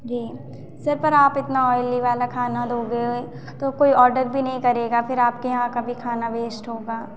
जी sir पर आप इतना ऑयली वाला खाना दोगे तो कोई आर्डर भी नहीं करेगा तो आपके यहाँ का भी खाना वेश्ट होगा